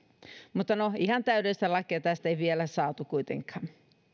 mutta no ihan täydellistä lakia tästä ei vielä saatu kuitenkaan